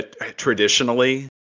traditionally